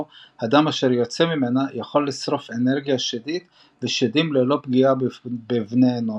הדם אשר יוצא ממנה יכול לשרוף אנרגיה שדית ושדים ללא פגיעה בבני אנוש,